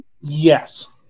Yes